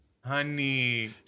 Honey